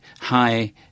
high